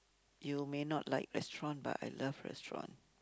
you may not like restaurant but I love restaurant